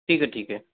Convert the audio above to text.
ठीक है ठीक है